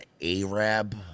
Arab